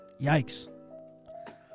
Yikes